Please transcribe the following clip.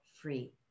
free